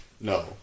no